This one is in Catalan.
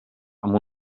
amb